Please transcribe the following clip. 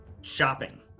shopping